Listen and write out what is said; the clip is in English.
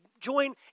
join